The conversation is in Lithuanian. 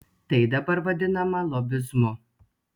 tai dabar vadinama lobizmu